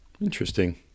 Interesting